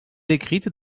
décrite